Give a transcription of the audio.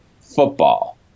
football